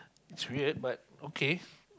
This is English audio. it's weird but okay